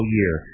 year